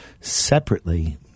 separately